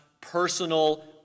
personal